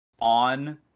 on